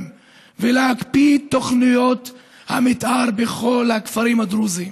ולהקפיא תוכניות המתאר בכל הכפרים הדרוזיים.